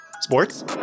sports